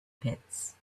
pits